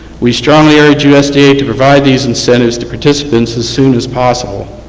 we strongly urge usda to provide these incentives to participants as soon as possible.